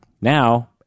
Now